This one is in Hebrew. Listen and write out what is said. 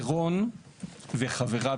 שלרון ולחבריו,